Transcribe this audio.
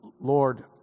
Lord